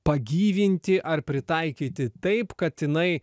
pagyvinti ar pritaikyti taip kad jinai